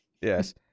Yes